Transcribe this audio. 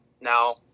Now